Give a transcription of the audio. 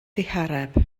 ddihareb